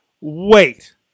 wait